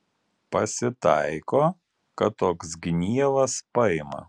pasitaiko kad toks gnievas paima